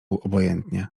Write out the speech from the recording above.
obojętnie